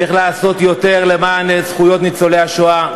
צריך לעשות יותר למען זכויות ניצולי השואה,